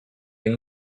این